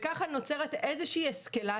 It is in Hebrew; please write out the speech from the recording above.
כך נוצרת אסקלציה,